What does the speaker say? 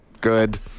good